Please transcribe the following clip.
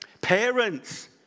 Parents